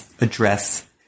address